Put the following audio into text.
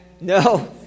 No